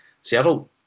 Seattle